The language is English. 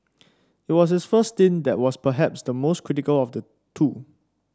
it was his first stint that was perhaps the most critical of the two